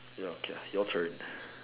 ya okay your turn